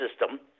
system